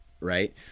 right